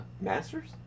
Masters